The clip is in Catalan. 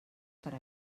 per